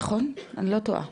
אני לא טועה.